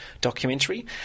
documentary